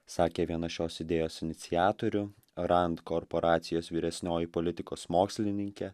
sakė viena šios idėjos iniciatorių rand korporacijos vyresnioji politikos mokslininkė